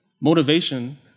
Motivation